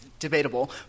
Debatable